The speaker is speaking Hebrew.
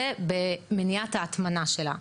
ובמניעת ההטמנה שלה.